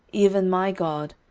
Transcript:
even my god,